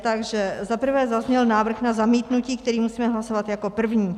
Takže zaprvé zazněl návrh na zamítnutí, který musíme hlasovat jako první.